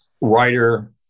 writer